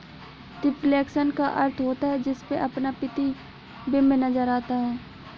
reflection का अर्थ होता है जिसमें अपना प्रतिबिंब नजर आता है